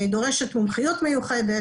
דורש מומחיות מיוחדת.